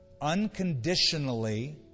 unconditionally